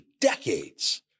decades